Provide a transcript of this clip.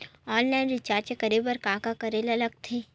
Online recharge करे बर का का करे ल लगथे?